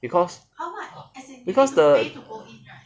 because because the